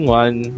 one